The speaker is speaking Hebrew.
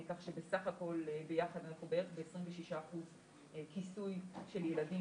כך שבסך הכל ביחד אנחנו בערך ב-26% כיסוי של ילדים